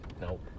Nope